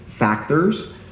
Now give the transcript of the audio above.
factors